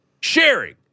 Sharing